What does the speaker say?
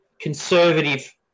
conservative